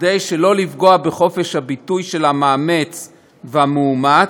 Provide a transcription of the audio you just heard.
וכדי שלא לפגוע בחופש הביטוי של המאמץ והמאומץ,